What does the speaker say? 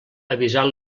avisar